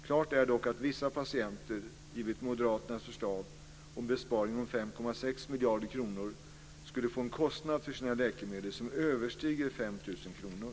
Klart är dock att vissa patienter, givet moderaternas förslag om en besparing om 5,6 miljarder kronor, skulle få en kostnad för sina läkemedel som överstiger 5 000 kr.